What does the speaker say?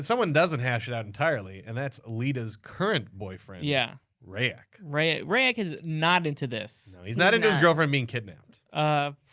someone doesn't hash it out entirely, and that's leetah's current boyfriend, yeah rayek. rayek rayek is not into this. no, he's not into his girlfriend being kidnapped. um